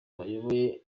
bayoboye